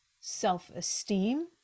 self-esteem